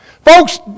Folks